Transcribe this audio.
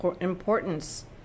importance